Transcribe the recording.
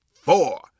four